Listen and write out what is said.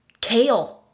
kale